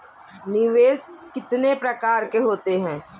निवेश कितने प्रकार के होते हैं?